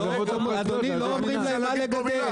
אבל אדוני, לא אומרים להם מה לגדל.